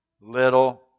little